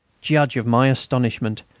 judge of my astonishment!